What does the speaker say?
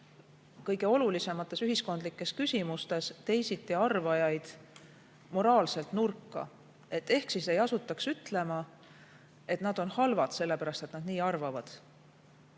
kõige olulisemates ühiskondlikes küsimustes teisiti arvajaid moraalselt nurka ehk ei asutaks ütlema, et nad on halvad, sellepärast et nad nii arvavad.